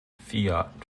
fiat